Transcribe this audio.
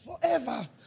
forever